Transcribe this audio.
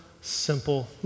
simple